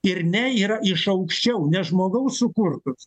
ir ne yra iš aukščiau ne žmogaus sukurtas